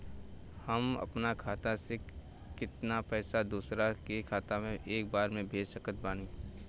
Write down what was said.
हम अपना खाता से केतना पैसा दोसरा के खाता मे एक बार मे भेज सकत बानी?